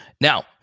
Now